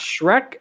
Shrek